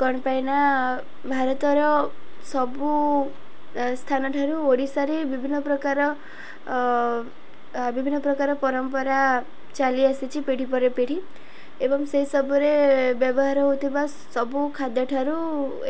କ'ଣ ପାଇଁ ନା ଭାରତର ସବୁ ସ୍ଥାନଠାରୁ ଓଡ଼ିଶାରେ ବିଭିନ୍ନ ପ୍ରକାର ବିଭିନ୍ନ ପ୍ରକାର ପରମ୍ପରା ଚାଲିଆସିଛି ପିଢ଼ି ପରେ ପିଢ଼ି ଏବଂ ସେସବୁରେ ବ୍ୟବହାର ହଉଥିବା ସବୁ ଖାଦ୍ୟଠାରୁ